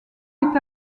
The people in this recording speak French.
est